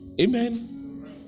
Amen